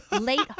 Late